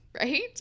Right